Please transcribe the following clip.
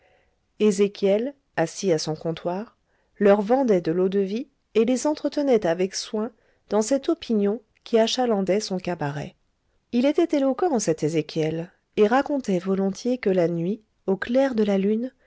ezéchiel assis à son comptoir leur vendait de l'eau-de-vie et les entretenait avec soin dans cette opinion qui achalandait son cabaret il était éloquent cet ezéchiel et racontait volontiers que la nuit au clair de la lune